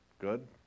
Good